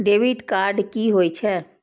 Debit card कि होई छै?